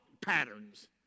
patterns